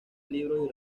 libros